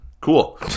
cool